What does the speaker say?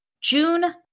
June